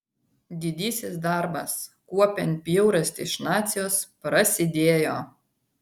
didysis darbas kuopiant bjaurastį iš nacijos prasidėjo